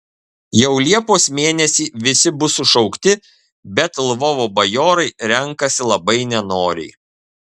jau liepos mėnesį visi bus sušaukti bet lvovo bajorai renkasi labai nenoriai